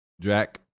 Jack